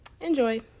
enjoy